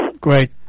Great